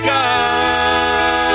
God